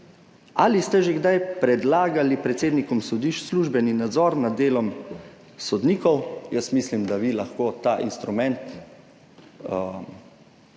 Ali ste že kdaj predlagali predsednikom sodišč službeni nadzor nad delom sodnikov? Jaz mislim, da vi lahko kar uporabite ta